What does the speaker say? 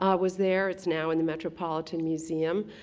um was there, it's now in the metropolitan museum.